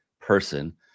person